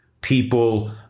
people